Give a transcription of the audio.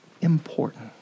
important